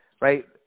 right